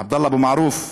עבדאללה אבו מערוף,